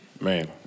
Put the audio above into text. man